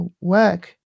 work